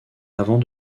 avant